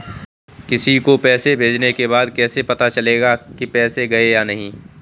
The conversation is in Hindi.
किसी को पैसे भेजने के बाद कैसे पता चलेगा कि पैसे गए या नहीं?